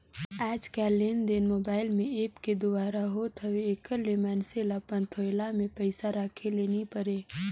आएज काएललेनदेन मोबाईल में ऐप के दुवारा होत हवे एकर ले मइनसे ल अपन थोइला में पइसा राखे ले नी परे